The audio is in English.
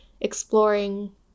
exploring